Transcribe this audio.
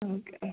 okay